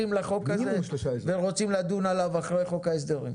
לחוק הזה ורוצים לדון עליו אחרי חוק ההסדרים.